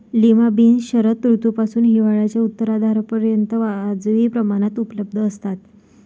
lima beans शरद ऋतूपासून हिवाळ्याच्या उत्तरार्धापर्यंत वाजवी प्रमाणात उपलब्ध असतात